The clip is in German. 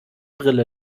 brille